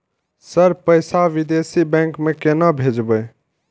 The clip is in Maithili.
सर पैसा विदेशी बैंक में केना भेजबे?